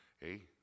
Hey